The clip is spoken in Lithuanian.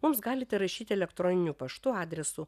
mums galite rašyti elektroniniu paštu adresu